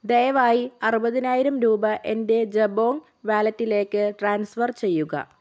ദയവായി അറുപതിനായിരം രൂപ എൻ്റെ ജബോംഗ് വാലറ്റിലേക്ക് ട്രാൻസ്ഫർ ചെയ്യുക